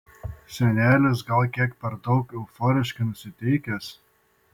senelis gal kiek per daug euforiškai nusiteikęs